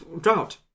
drought